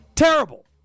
Terrible